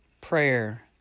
Prayer